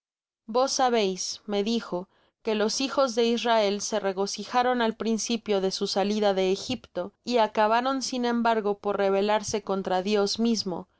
vos sabeis me dijo que los hijos de israel se regocijaron al principio de su salida de egipto y acabaron sin embargo por revelarse contra dios mismo